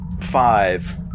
Five